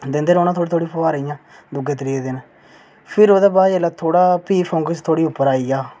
दिंदे रौह्ना थोह्ड़ी थोह्ड़ी फुहार इं'या दूऐ त्रीए दिन फिर ओह्दे बाद जेह्ड़ा प्ही फंगस जेह्ड़ी उप्पर आई जा